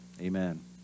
Amen